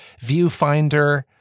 Viewfinder